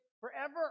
forever